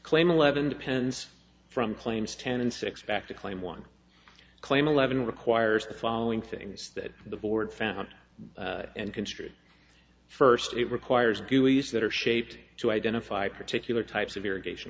claim eleven depends from claims ten and six back to claim one claim eleven requires the following things that the board found and construed first it requires that are shaped to identify particular types of irrigation